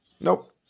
Nope